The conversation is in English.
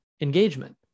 engagement